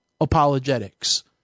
apologetics